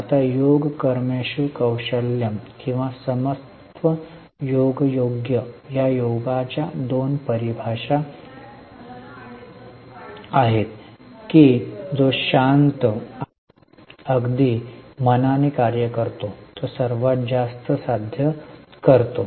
आता योग कर्मशु कौशलम किंवा समत्व योग योग्य या योगाच्या दोन परिभाषा आहेत की जो शांत आणि अगदी मनाने कार्य करतो तो सर्वात जास्त साध्य करतो